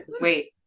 Wait